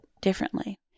differently